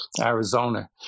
Arizona